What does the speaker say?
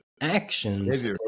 actions